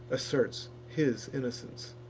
asserts his innocence.